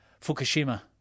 Fukushima